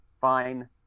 fine